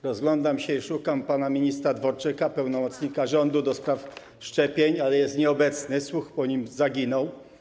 Rozglądam się i szukam pana ministra Dworczyka, pełnomocnika rządu do spraw szczepień, ale jest nieobecny, słuch po nim zaginął.